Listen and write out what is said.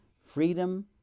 Freedom